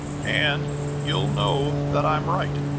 and you'll know that i'm right.